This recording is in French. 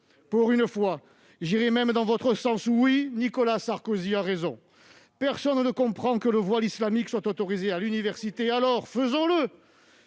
Pour une fois, j'irai dans votre sens. Oui, Nicolas Sarkozy a raison : personne ne comprend que le voile islamique soit autorisé à l'université ! Alors, agissons